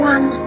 One